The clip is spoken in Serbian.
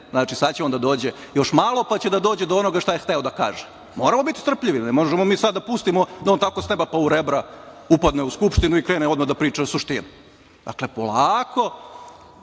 ide. Sad će on da dođe. Još malo, pa će da dođe do onoga šta je hteo da kaže. Moramo biti strpljivi, ne možemo mi sad da pustimo da on tako s neba pa u rebra upadne u Skupštinu i krene odmah da priča suštinu. Dakle, polako,